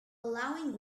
allowing